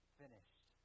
finished